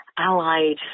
allied